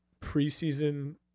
preseason